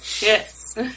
Yes